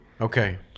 Okay